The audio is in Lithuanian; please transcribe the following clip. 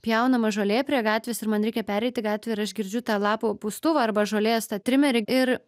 pjaunama žolė prie gatvės ir man reikia pereiti gatvę ir aš girdžiu tą lapų pūstuvą arba žolės ta trimerį ir